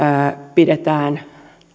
pidetään